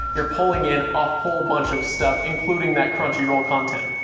you're pulling in a whole bunch of stuff, including that crunchyroll content.